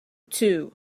too